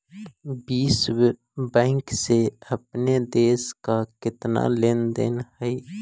विश्व बैंक से अपने देश का केतना लें देन हई